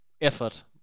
effort